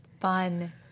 fun